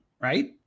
right